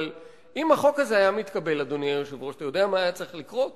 שהיה להן רוב